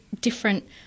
different